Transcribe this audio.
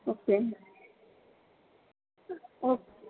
okay okay